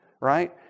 right